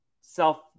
self